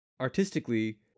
artistically